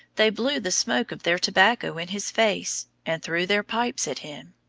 they blew the smoke of their tobacco in his face, and threw their pipes at him.